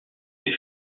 ses